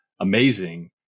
amazing